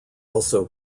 also